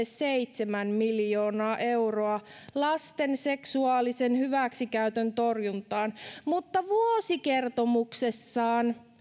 seitsemän miljoonaa euroa lasten seksuaalisen hyväksikäytön torjuntaan mutta vuosikertomuksessaan